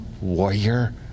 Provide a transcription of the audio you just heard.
warrior